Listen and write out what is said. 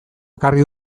ekarri